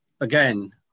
again